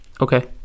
Okay